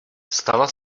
stala